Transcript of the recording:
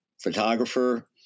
photographer